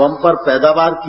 bumper पैदावार की